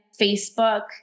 Facebook